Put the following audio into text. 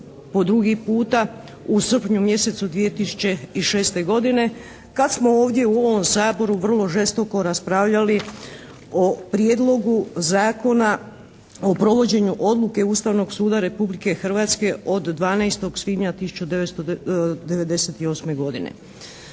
po drugi puta u srpnju mjesecu 2006. godine kad smo ovdje u ovom Saboru vrlo žestoko raspravljali o Prijedlogu Zakona o provođenju odluke Ustavnog suda Republike Hrvatske od 12. svibnja 1998. godine.